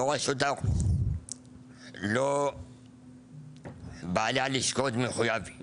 לא רשות האוכלוסין, לא בעלי הלשכות, מחויבים